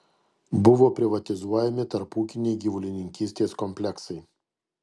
buvo privatizuojami tarpūkiniai gyvulininkystės kompleksai